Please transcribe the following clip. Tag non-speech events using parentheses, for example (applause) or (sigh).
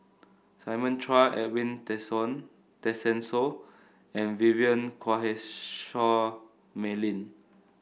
Simon Chua Edwin (unintelligible) Tessensohn and Vivien Quahe Seah Mei Lin